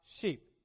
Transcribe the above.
sheep